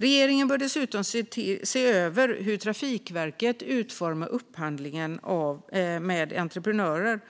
Regeringen bör dessutom se över hur Trafikverket utformar upphandlingar från entreprenörer